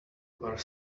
were